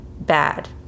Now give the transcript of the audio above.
bad